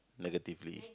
negatively